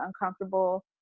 uncomfortable